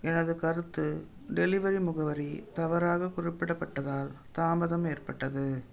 எனது கருத்து டெலிவரி முகவரி தவறாக குறிப்பிடப்பட்டதால் தாமதம் ஏற்பட்டது